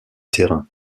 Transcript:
terrain